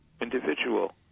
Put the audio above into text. individual